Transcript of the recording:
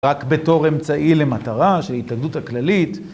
רק בתור אמצעי למטרה של התאגדות הכללית.